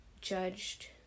judged